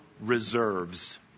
reserves